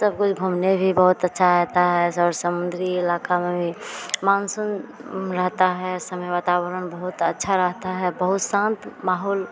सब कुछ घूमने भी बहुत अच्छा रहता है और समुद्री इलाका में भी मॉनसून रहता है इस समय वातावरण बहुत अच्छा रहता है बहुत शान्त माहौल